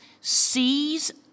sees